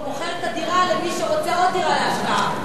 כי הוא מוכר את הדירה למי שרוצה עוד דירה להשקעה.